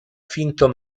finto